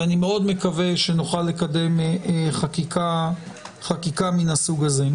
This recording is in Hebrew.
אני מאוד מקווה שנוכל לקדם חקיקה מהסוג הזה.